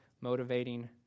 motivating